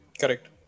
Correct